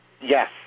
yes